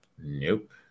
Nope